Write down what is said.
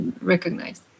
recognize